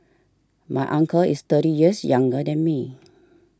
my uncle is thirty years younger than me